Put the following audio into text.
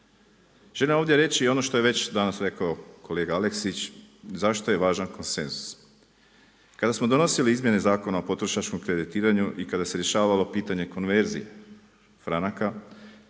Želim ovdje reći i ono što je već danas rekao kolega Aleksić zašto je važan konsenzus? Kada smo donosili izmjene Zakona o potrošačkom kreditiranju i kada se rješavalo pitanje konverzije franaka